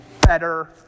better